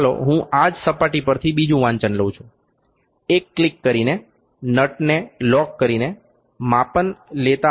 ચાલો હુ આ જ સપાટી પરથી બીજું વાંચન લઉ છુ એક ક્લિક કરીને નટ ને લોક કરીને માપન લેતા આપણને 20મું મળશે